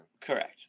Correct